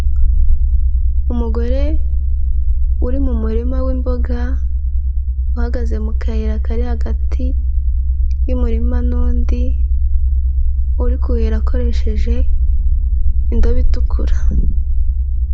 Umugore uri mu murima w'imboga uhagaze mu kayira kari hagati y'umurima n'undi uri kuhira akoresheje indobo itukura.